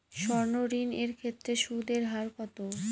সর্ণ ঋণ এর ক্ষেত্রে সুদ এর হার কত?